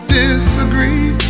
disagree